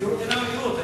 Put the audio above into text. יסגרו את העניין במהירות.